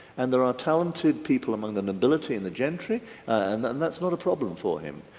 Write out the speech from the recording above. and there are talented people among the nobility in the gentry and and that's not a problem for him.